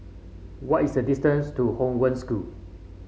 what is the distance to Hong Wen School